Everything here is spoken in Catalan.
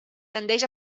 tendeix